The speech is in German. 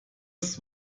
ist